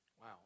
Wow